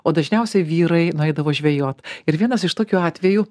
o dažniausiai vyrai nueidavo žvejot ir vienas iš tokių atvejų